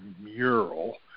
mural